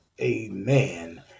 Amen